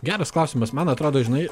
geras klausimas man atrodo žinai